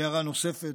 הערה חשובה נוספת,